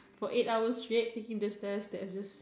for eight hour straight taking the stairs that's just